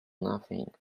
nothing